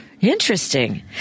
interesting